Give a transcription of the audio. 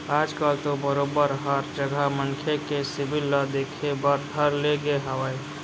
आज कल तो बरोबर हर जघा मनखे के सिविल ल देखे बर धर ले गे हावय